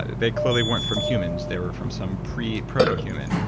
they clearly weren't from humans. they were from some pre proto human.